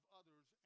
others